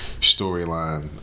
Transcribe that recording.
storyline